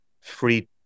free